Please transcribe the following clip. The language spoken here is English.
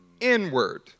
inward